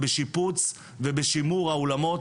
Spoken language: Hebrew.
בשיפוץ ובשיפור האולמות.